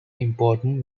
important